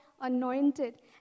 anointed